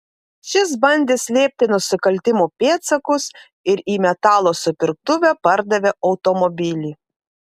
šis bandė slėpti nusikaltimo pėdsakus ir į metalo supirktuvę pardavė automobilį